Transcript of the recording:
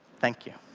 thank you.